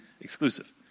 exclusive